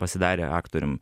pasidarė aktorium